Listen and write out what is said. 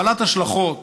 בעלת השלכות